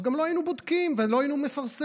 אז גם לא היינו בודקים ולא היינו מפרסמים,